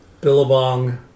Billabong